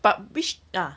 but which ah